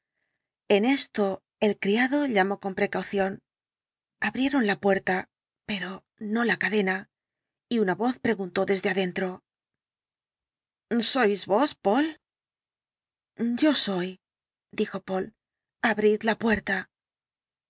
en esto el criado llamó con precaución abrieron la puerta pero no la cadena y una voz preguntó desde adentro el dr jekyll sois vos poole yo soy dijo poole abrid la puerta el